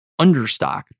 understock